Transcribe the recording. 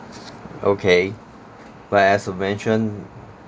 okay but as you mentioned